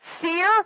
Fear